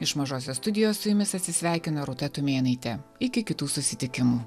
iš mažosios studijos su jumis atsisveikina rūta tumėnaitė iki kitų susitikimų